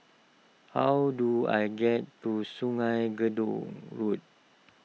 how do I get to Sungei Gedong Road